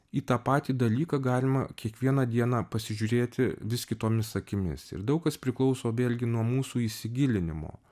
į tą patį dalyką galima kiekvieną dieną pasižiūrėti vis kitomis akimis ir daug kas priklauso vėlgi nuo mūsų įsigilinimo